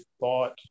thought